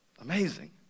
amazing